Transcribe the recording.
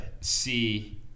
see